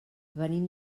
venim